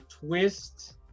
twist